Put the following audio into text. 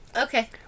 Okay